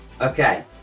Okay